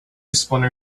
splinter